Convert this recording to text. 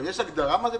יש הגדרה?